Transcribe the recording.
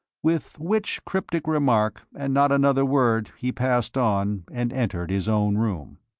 with which cryptic remark and not another word he passed on and entered his own room.